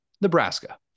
Nebraska